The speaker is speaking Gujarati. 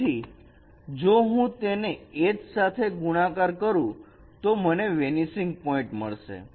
તેથી જો હું તેને H સાથે ગુણાકાર કરો તો મને વેનીસિંગ પોઇન્ટ મળશે